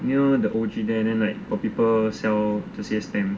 near the O_G there then like got people sell 这些 stamp